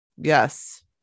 yes